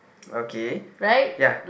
okay ya